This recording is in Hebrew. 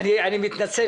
מה הניצול של 922?